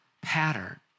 pattern